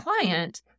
client